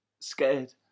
scared